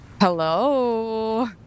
hello